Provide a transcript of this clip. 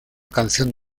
canción